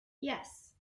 yes